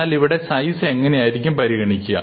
എന്നാൽ ഇവിടെ സൈസ് എങ്ങനെയായിരിക്കും പരിഗണിക്കുക